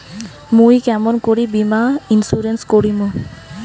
মুই কেমন করি বীমা ইন্সুরেন্স করিম?